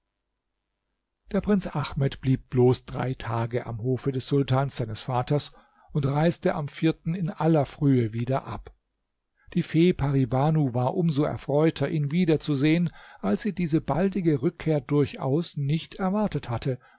der prinz ahmed blieb bloß drei tage am hofe des sultans seines vaters und reiste am vierten in aller frühe wieder ab die fee pari banu war um so erfreuter ihn wieder zu sehen als sie diese baldige rückkehr durchaus nicht erwartet hatte